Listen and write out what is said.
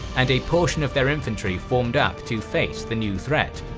and a portion of their infantry formed up to face the new threat.